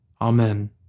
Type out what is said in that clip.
Amen